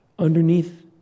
Underneath